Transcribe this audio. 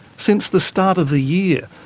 since the start of the year,